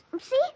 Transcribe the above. See